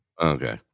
Okay